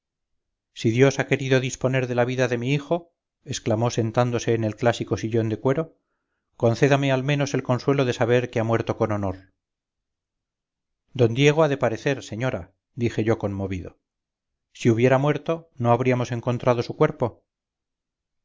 si dios ha querido disponer de la vida de mi hijo exclamó sentándose en el clásico sillón de cuero concédame al menos el consuelo de saber que ha muerto con honor d diego ha de parecer señora dije yo con movido si hubiera muerto no habríamos encontrado su cuerpo